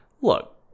look